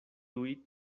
tuj